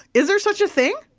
is there such a thing?